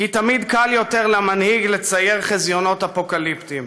כי תמיד קל יותר למנהיג לצייר חזיונות אפוקליפטיים.